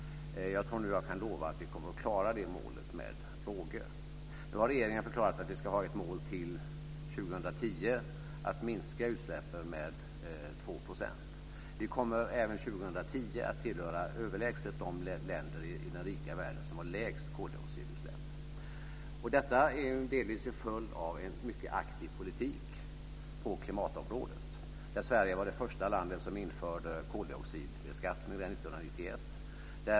Jag tror att jag nu kan lova att vi kommer att klara det målet med råge. Regeringen har nu förklarat att vi ska sätta upp ett mål att till 2010 minska utsläppen med 2 %. Vi kommer även 2010 att med marginal klara att tillhöra de länder som har de lägsta koldioxidutsläppen i den rika världen. Detta är delvis en följd av en mycket aktiv politik på klimatområdet. Sverige införde som första land koldioxidbeskattning 1991.